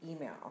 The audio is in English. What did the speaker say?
email